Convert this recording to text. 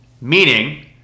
meaning